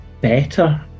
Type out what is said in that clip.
better